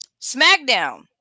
SmackDown